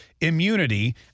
immunity